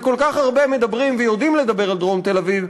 שכל כך הרבה מדברים ויודעים לדבר על דרום תל-אביב,